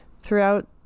throughout